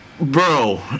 Bro